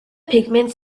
pigments